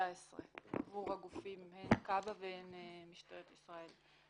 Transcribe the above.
בעבור הגופים הן כב"ה והן משטרת ישראל.